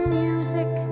music